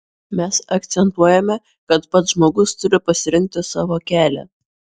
mes akcentuojame kad pats žmogus turi pasirinkti savo kelią